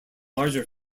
larger